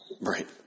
Right